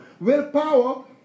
Willpower